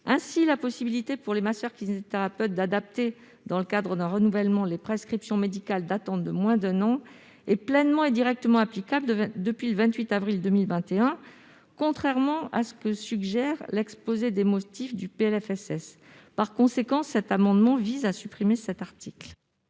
La possibilité pour les masseurs-kinésithérapeutes d'adapter, dans le cadre d'un renouvellement, les prescriptions médicales datant de moins d'un an est ainsi pleinement et directement applicable depuis le 28 avril 2021, contrairement à ce que suggère l'exposé des motifs du PLFSS. C'est la raison pour laquelle nous souhaitons supprimer cet article.